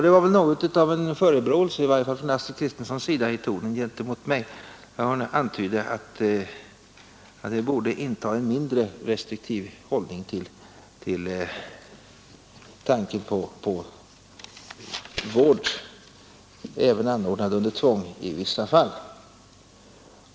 Det var väl något av en förebråelse i tonen, i varje fall från Astrid Kristenssons sida, gentemot mig när det antyddes att vi borde inta en mindre restriktiv hållning till tanken på vård anordnad under tvång i vissa fall.